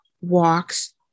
walks